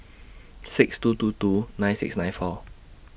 six two two two nine six nine four